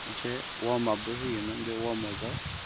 मोनसे वार्मआपबो होयोमोन बे वार्मआपआव